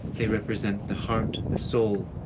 they represent the heart, the soul,